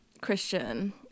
Christian